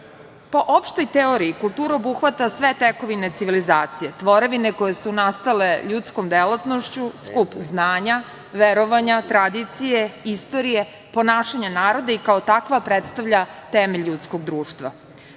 opštoj teoriji, kultura obuhvata sve tekovine civilizacije, tvorevine koje su nastale ljudskom delatnošću, skup znanja, verovanja, tradicije, istorije, ponašanja naroda i kao takva predstavlja temelj ljudskog društva.U